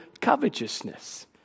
covetousness